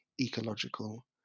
ecological